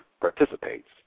participates